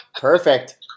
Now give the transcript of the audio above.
Perfect